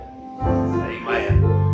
Amen